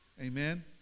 Amen